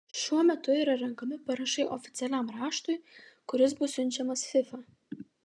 šiuo metu yra renkami parašai oficialiam raštui kuris bus siunčiamas fifa